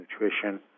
nutrition